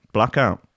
Blackout